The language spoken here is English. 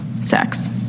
Sex